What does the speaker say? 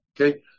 Okay